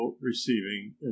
receiving